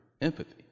empathy